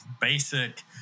basic